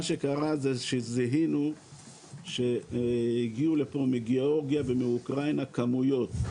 מה שקרה זה שזיהינו שהגיעו לפה מגיאורגיה ומאוקראינה כמויות.